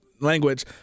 language